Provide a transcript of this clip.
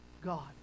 God